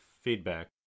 feedback